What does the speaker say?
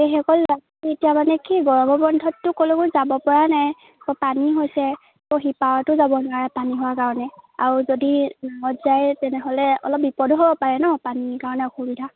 সেইসকল এতিয়া মানে কি গৰমৰ বন্ধতটো ক'লৈকো যাব পৰা নাই ক পানী হৈছে তো সিপাৰতো যাব নোৱাৰে পানী হোৱাৰ কাৰণে আও যদি যায় তেনেহ'লে অলপ বিপদো হ'ব পাৰে ন পানীৰ কাৰণে অসুবিধা